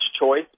choice